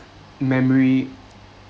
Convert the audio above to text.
memory